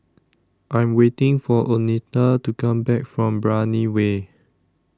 I Am waiting For Oneta to Come Back from Brani Way